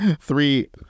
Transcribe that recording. three